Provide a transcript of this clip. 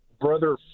Brother